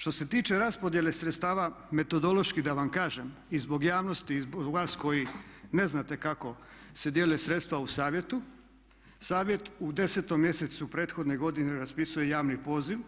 Što se tiče raspodjele sredstva metodološki da vam kažem i zbog javnosti i zbog vas koji ne znate kako se dijele sredstva u Savjetu, Savjet u 10 mjesecu prethodne godine raspisuje javni poziv